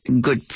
good